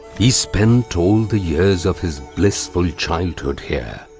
he spent all the years of his blissful childhood here,